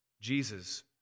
Jesus